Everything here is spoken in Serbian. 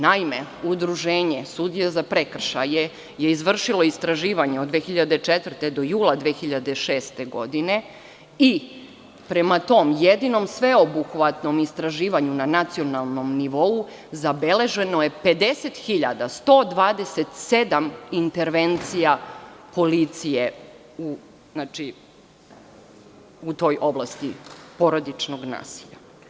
Naime Udruženje sudija za prekršaje je izvršilo istraživanje od 2004. godine do jula 2006. godine i prema tom sveobuhvatnom istraživanju na nacionalnom nivou, zabeleženo je 50.127 intervencija policije u toj oblasti porodičnog nasilja.